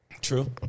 True